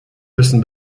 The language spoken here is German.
müssen